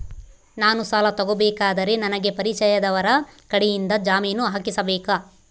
ನಾನು ಸಾಲ ತಗೋಬೇಕಾದರೆ ನನಗ ಪರಿಚಯದವರ ಕಡೆಯಿಂದ ಜಾಮೇನು ಹಾಕಿಸಬೇಕಾ?